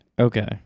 okay